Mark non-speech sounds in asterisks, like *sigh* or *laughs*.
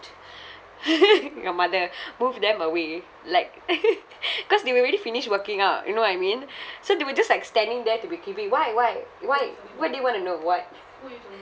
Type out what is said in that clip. *laughs* your mother move them away like *laughs* cause they were already finished working out you know what I mean so they were just like standing there to be creepy why why why what do you want to know what